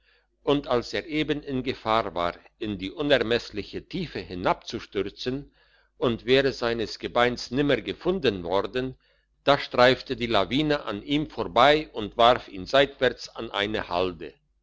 und als er eben in gefahr war in die unermessliche tiefe hinabzustürzen und wäre seines gebeins nimmer gefunden worden da streifte die lawine an ihm vorbei und warf ihn seitwärts an eine halde